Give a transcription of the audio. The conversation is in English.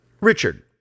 richard